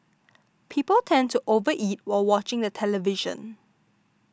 people tend to over eat while watching the television